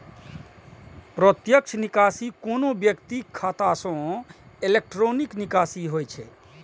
प्रत्यक्ष निकासी कोनो व्यक्तिक खाता सं इलेक्ट्रॉनिक निकासी होइ छै